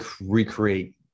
recreate